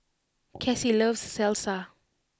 Kassie loves Salsa